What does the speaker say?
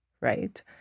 right